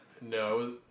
no